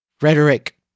Rhetoric